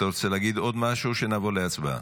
אתה רוצה להגיד עוד משהו או שנעבור להצבעה?